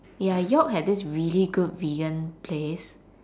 ya york had this really good vegan place